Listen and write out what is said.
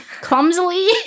clumsily